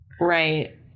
Right